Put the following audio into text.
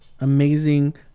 amazing